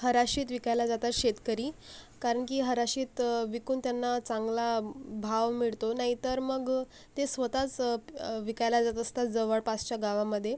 हराशीत विकायला जातात शेतकरी कारन की हराशीत विकून त्यांना चांगला भाव मिडतो नाईतर मग ते स्वतास विकायला जात असतात जवळपासच्या गावामदे